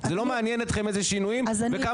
זה לא מעניין אתכם איזה שינויים וכמה